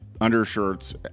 undershirts